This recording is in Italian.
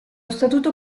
statuto